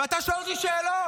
ואתה שואל אותי שאלות?